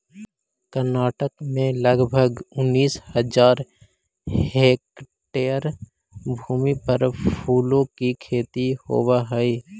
कर्नाटक में लगभग उनीस हज़ार हेक्टेयर भूमि पर फूलों की खेती होवे हई